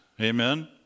amen